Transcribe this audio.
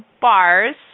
bars